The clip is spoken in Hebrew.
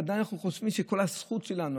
וודאי אנחנו חושבים שכל הזכות שלנו,